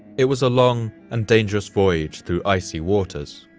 it was a long and dangerous voyage through icy waters.